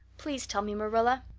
please tell me, marilla.